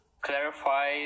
clarify